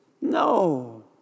No